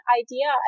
idea